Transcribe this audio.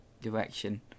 direction